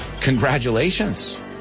congratulations